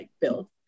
build